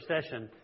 session